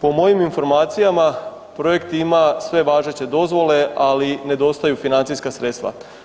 Po mojim informacijama projekt ima sve važeće dozvole, ali nedostaju financijska sredstava.